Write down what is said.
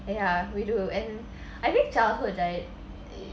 ya we do and I think childhood that